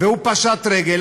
והוא פשט רגל,